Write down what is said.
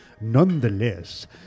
Nonetheless